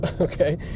okay